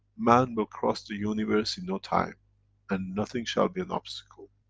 man will cross the universe in no time and nothing shall be an obstacle.